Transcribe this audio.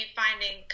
finding